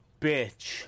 bitch